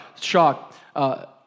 shock